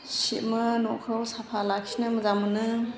सिबमो न'खौ साफा लाखिनो मोजां मोनो